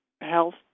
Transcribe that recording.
health